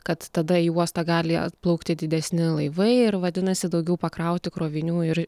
kad tada į uostą gali atplaukti didesni laivai ir vadinasi daugiau pakrauti krovinių ir